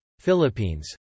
Philippines